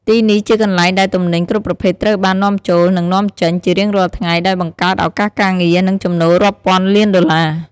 ទីនេះជាកន្លែងដែលទំនិញគ្រប់ប្រភេទត្រូវបាន នាំចូល និងនាំចេញ ជារៀងរាល់ថ្ងៃ ដោយបង្កើតឱកាសការងារ និងចំណូលរាប់ពាន់លានដុល្លារ។